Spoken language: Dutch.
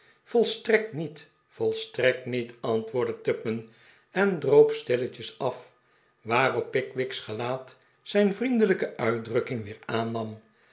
volstrekt niet volstrekt niet antwoordde tupman en droop stilletjes af waarop pickwick's gelaat zijn vriendelijke uitdrukking weer aannam